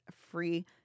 free